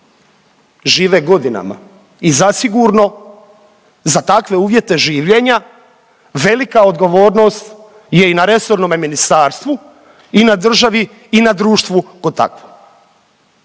žive godinama i zasigurno za takve uvjete življenja velika odgovornost je i na resornome ministarstvu i na državi i na društvu k'o takvom